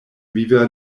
viva